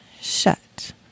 shut